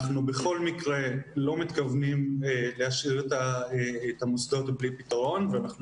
אנחנו בכל מקרה לא מתכוונים להשאיר את המוסדות בלי פתרון ואנחנו